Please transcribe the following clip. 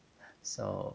so